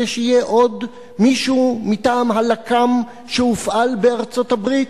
שיהיה עוד מישהו מטעם הלק"ם שהופעל בארצות-הברית,